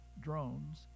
drones